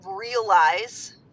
realize